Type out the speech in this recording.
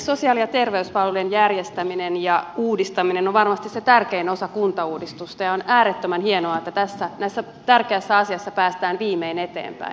sosiaali ja terveyspalveluiden järjestäminen ja uudistaminen on varmasti tärkein osa kuntauudistusta ja on äärettömän hienoa että tässä tärkeässä asiassa päästään viimein eteenpäin